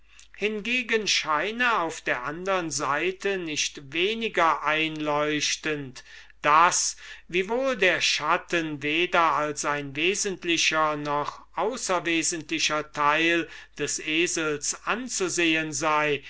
hingegen scheine auf der andern seite nicht weniger einleuchtend daß wiewohl der schatten weder als ein wesentlicher noch außerwesentlicher teil des esels anzusehen sei